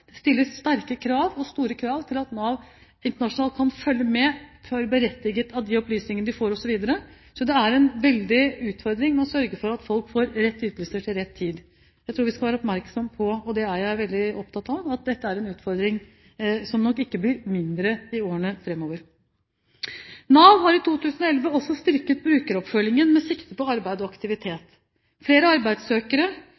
det stilles store krav til at Nav Internasjonalt kan følge med – få berettigede opplysninger, osv. Så det er en veldig utfordring å sørge for at folk får rett ytelse til rett tid. Jeg tror vi skal være oppmerksom på – og det er jeg veldig opptatt av – at dette er en utfordring som nok ikke blir mindre i årene framover. Nav har i 2011 også styrket brukeroppfølgingen med sikte på arbeid og